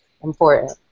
important